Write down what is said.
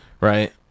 right